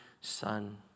son